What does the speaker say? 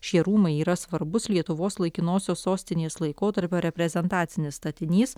šie rūmai yra svarbus lietuvos laikinosios sostinės laikotarpio reprezentacinis statinys